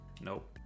Nope